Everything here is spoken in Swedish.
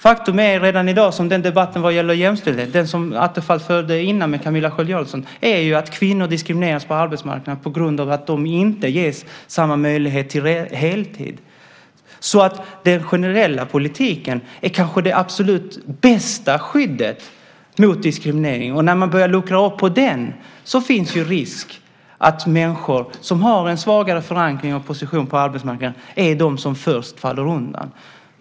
Faktum är att redan i dag - det gäller också debatten om jämställdhet, den som Attefall förde tidigare med Camilla Sköld Jansson - diskrimineras kvinnor på arbetsmarknaden på grund av att de inte ges samma möjlighet till heltid. Den generella politiken är kanske det absolut bästa skyddet mot diskriminering. När man börjar luckra upp den finns det en risk att människor som har en svagare förankring och position på arbetsmarknaden är de som först faller undan.